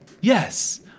Yes